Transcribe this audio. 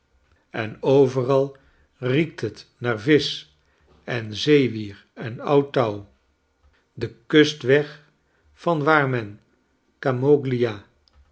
en overal riekt het naar visch en zeewier en oud touw de kustweg van waar men camoglia